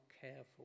careful